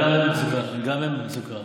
גם הם במצוקה.